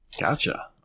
gotcha